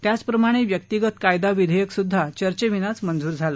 त्याचप्रमाणे व्यक्तिगत कायदा विधेयक सुद्धा चर्चेविनाच मंजूर झालं